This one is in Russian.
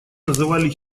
называли